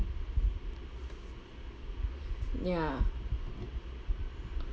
ya